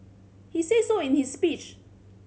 he said so in his speech